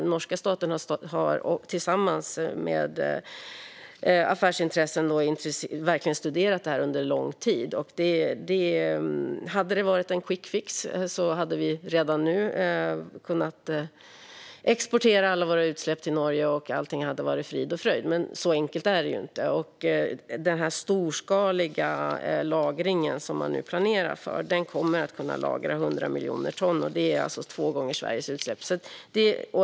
Den norska staten har tillsammans med affärsintressen studerat det här under lång tid. Hade det varit en quickfix hade vi redan nu kunnat exportera alla våra utsläpp till Norge, och allting hade varit frid och fröjd. Men så enkelt är det ju inte. Med den storskaliga lagring som man nu planerar för kommer man att kunna lagra 100 miljoner ton, vilket är två gånger Sveriges utsläpp.